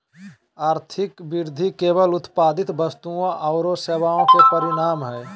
आर्थिक वृद्धि केवल उत्पादित वस्तुओं औरो सेवाओं के परिमाण हइ